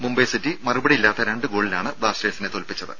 Mumbai city മറുപടിയില്ലാത്ത രണ്ട് ഗോളിനാണ് ബ്ലാസ്റ്റേഴ്സിനെ തോൽപ്പിച്ചത്